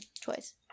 twice